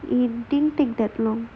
we didn't take that long